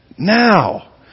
now